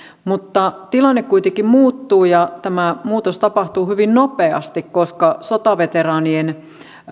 mutta tilanne kuitenkin muuttuu ja tämä muutos tapahtuu hyvin nopeasti koska sotaveteraanien